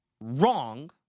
wrong